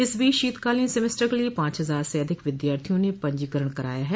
इस बीच शीतकालीन सेमेस्टर के लिए पांच हजार से अधिक विद्यार्थियों ने पंजीकरण कराया है